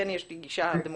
כן יש לי גישה דמוקרטית,